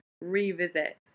revisit